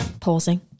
Pausing